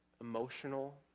emotional